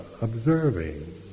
observing